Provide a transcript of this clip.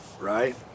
right